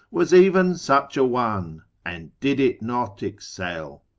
was even such a one, and did it not excel.